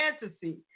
Fantasy